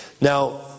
Now